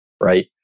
right